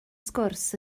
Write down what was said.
sgwrs